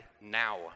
now